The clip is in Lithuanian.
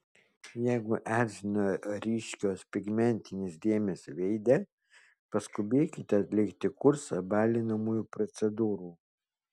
jeigu erzina ryškios pigmentinės dėmės veide paskubėkite atlikti kursą balinamųjų procedūrų